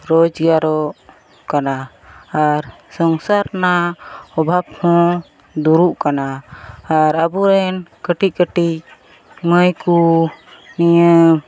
ᱨᱳᱡᱽᱜᱟᱨᱚᱜ ᱠᱟᱱᱟ ᱟᱨ ᱥᱚᱝᱥᱟᱨ ᱨᱮᱱᱟᱜ ᱚᱵᱷᱟᱵᱽᱦᱚᱸ ᱫᱩᱨᱩᱜ ᱠᱟᱱᱟ ᱟᱨ ᱟᱵᱚᱨᱮᱱ ᱠᱟᱹᱴᱤᱡᱼᱠᱟᱹᱴᱤᱡ ᱢᱟᱹᱭᱠᱚ ᱱᱤᱭᱟᱹ